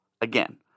Again